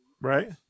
Right